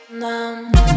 numb